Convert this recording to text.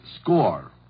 score